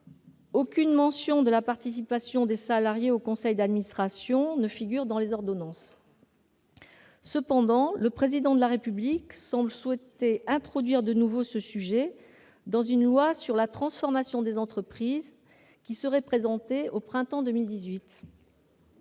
aucune mention de la participation des salariés aux conseils d'administration ne figure dans les ordonnances. Cependant, le Président de la République semble souhaiter introduire de nouveau ce sujet dans une loi sur la transformation des entreprises, qui serait présentée au printemps 2018.